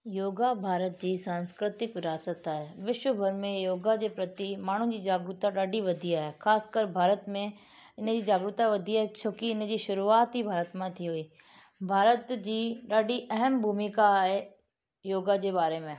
योगा भारत जी सांस्कृतिक विरासत आहे विश्वभर में योगा जे प्रति माण्हुनि जी जागरुकता ॾाढी वधी आहे ख़ासि कर भारत में हिनजी जागरुकता वधी आहे छो की हिनजी शुरूआत ई भारत मां थी हुई भारत जी ॾाढी अहम भूमिका आहे योगा जे बारे में